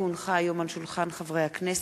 כי הונחה היום על שולחן הכנסת,